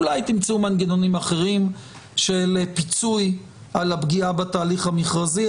אולי תמצאו מנגנונים אחרים של פיצוי על הפגיעה בתהליך המכרזי,